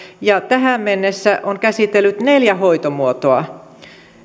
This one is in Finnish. ja tähän mennessä on käsitellyt neljä hoitomuotoa